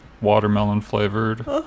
watermelon-flavored